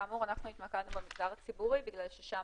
כאמור אנחנו התמקדנו במגזר הציבורי כי שם